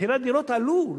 אלא מחירי הדירות עלו.